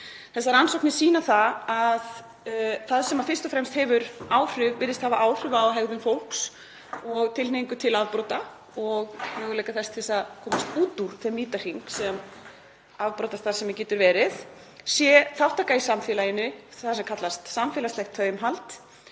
Þessar rannsóknir sýna að það sem fyrst og fremst virðist hafa áhrif á hegðun fólks og tilhneigingu til afbrota og möguleika þess til að komast út úr þeim vítahring sem afbrotastarfsemin getur verið er þátttaka í samfélaginu, það sem kallast samfélagslegt taumhald,